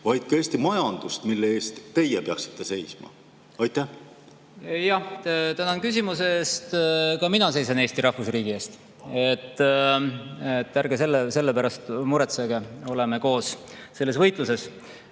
vaid ka Eesti majandust, mille eest teie peaksite seisma? Tänan küsimuse eest. Ka mina seisan Eesti rahvusriigi eest. Ärge selle pärast muretsege, oleme koos selles võitluses,